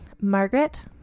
Margaret